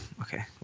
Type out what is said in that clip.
okay